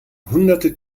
hunderte